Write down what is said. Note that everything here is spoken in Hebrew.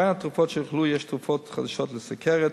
בין התרופות שהוכללו יש תרופות חדשות לסוכרת,